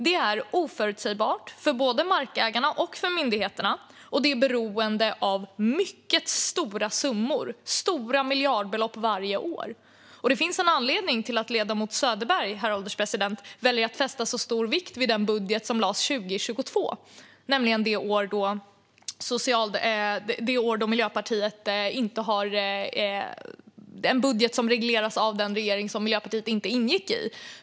Det är oförutsägbart för både markägarna och myndigheterna, och det är beroende av mycket stora summor - stora miljardbelopp varje år. Herr ålderspresident! Det finns en anledning till att ledamoten Söderberg väljer att fästa så stor vikt vid den budget som lades fram 2022. Det var nämligen en budget som reglerades av den regering som Miljöpartiet inte ingick i.